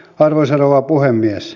arvoisa rouva puhemies